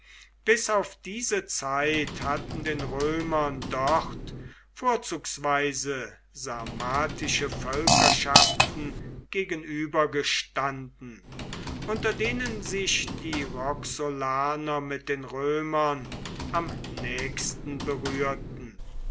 bis auf diese zeit hatten den römern dort vorzugsweise sarmatische völkerschaften gegenüber gestanden unter denen sich die roxolaner mit den römern am nächsten berührten